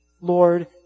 Lord